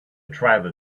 tribal